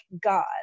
God